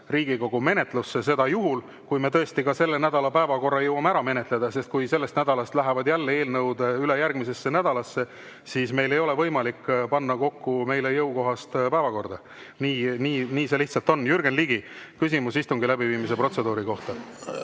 Riigikogu menetlusse, seda juhul, kui me tõesti selle nädala päevakorra jõuame ära menetleda. Kui sellest nädalast lähevad jälle eelnõud üle järgmisesse nädalasse, siis meil ei ole võimalik panna kokku meile jõukohast päevakorda. Nii see lihtsalt on. Jürgen Ligi, küsimus istungi läbiviimise protseduuri kohta.